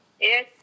Yes